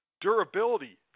Durability